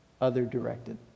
Other-directed